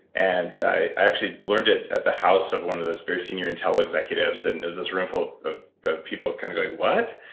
and i actually learned it at the house of one of those very senior intel executives. and it was this roomful of people kind of going, what?